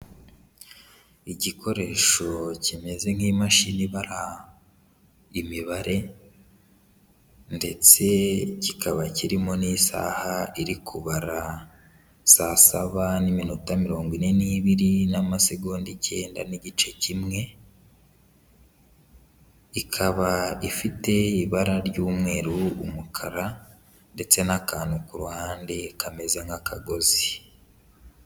Igikoresho kimeze nk'imashini ibara imibare ndetse kikaba kirimo n'isaha iri kubara saa saba n'iminota mirongo ine n'ibiri n'amasegonda icyenda n'igice kimwe, ikaba ifite ibara ry'umweru, umukara ndetse n'akantu ku ruhande kameze nk'akagozi.